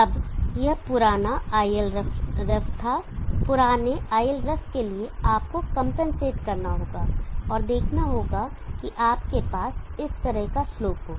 अब यह पुराना iLref था पुराने iLref के लिए आपको कंपनसेट करना होगा और देखना होगा कि आपके पास इस तरह का स्लोप हो